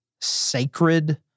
sacred